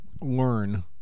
learn